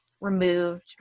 removed